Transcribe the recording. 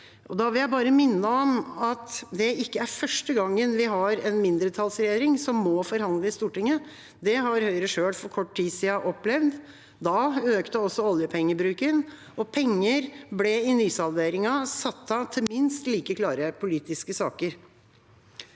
Jeg vil bare minne om at det ikke er første gangen vi har en mindretallsregjering som må forhandle i Stortinget. Det har Høyre selv for kort tid siden opplevd. Da økte også oljepengebruken, og penger ble i nysalderingen satt av til minst like klare politiske saker.